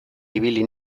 ibili